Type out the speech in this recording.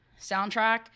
soundtrack